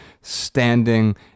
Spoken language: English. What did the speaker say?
standing